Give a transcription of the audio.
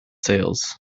sales